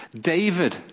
David